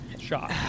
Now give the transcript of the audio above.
shot